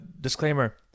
disclaimer